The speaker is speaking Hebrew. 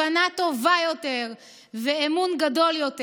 הבנה טובה יותר ואמון גדול יותר".